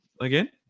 again